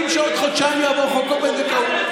שעוד חודשיים יעבור חוק הפונדקאות.